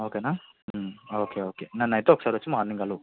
ఓకేనా okay okay నన్ను అయితే ఒకసారి వచ్చి మార్నింగ్ కలువు